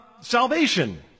salvation